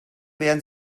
wären